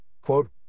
Quote